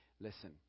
listen